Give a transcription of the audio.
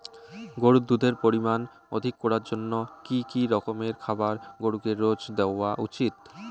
গরুর দুধের পরিমান অধিক করার জন্য কি কি রকমের খাবার গরুকে রোজ দেওয়া উচিৎ?